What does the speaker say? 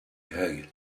hug